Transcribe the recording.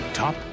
Top